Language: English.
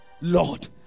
lord